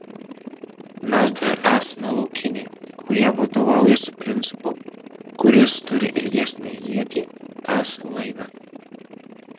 mes dar esame laukiniai kurie vadovaujasi principu kuris turi ilgesnę ietį tas laimi